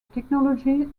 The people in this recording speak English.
technologies